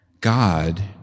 God